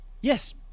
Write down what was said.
Yes